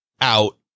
out